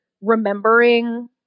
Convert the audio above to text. remembering